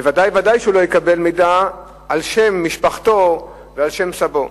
וודאי ודאי שהוא לא יקבל מידע על נכס על שם משפחתו ועל שם סבו.